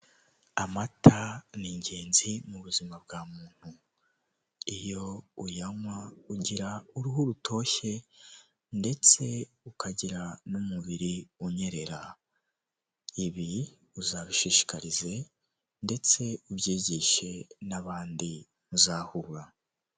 Nta muntu utagira inzozi zo kuba mu nzu nziza kandi yubatse neza iyo nzu iri mu mujyi wa kigali uyishaka ni igihumbi kimwe cy'idolari gusa wishyura buri kwezi maze nawe ukibera ahantu heza hatekanye.